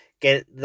get